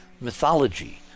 mythology